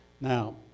Now